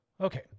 Okay